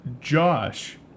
Josh